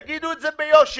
תגידו את זה ביושר.